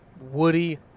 woody